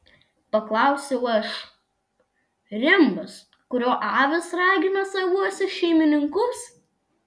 paklausiau aš rimbas kuriuo avis ragino savuosius šeimininkus